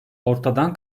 ortadan